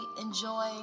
enjoy